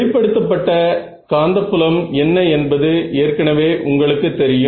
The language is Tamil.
வெளிப்படுத்தப்பட்ட காந்தப்புலம் என்ன என்பது ஏற்கனவே உங்களுக்கு தெரியும்